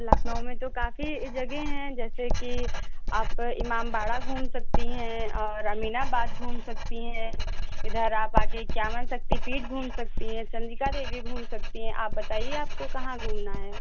लखनऊ में तो काफ़ी जगहें हैं जैसेकि आप इमामबाड़ा घूम सकती हैं और अमीनाबाद घूम सकती हैं इधर आप आकर इक्यावन शक्तिपीठ घूम सकती हैं चंडिका देवी घूम सकती हैं आप बताइए आपको कहाँ घूमना है